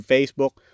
Facebook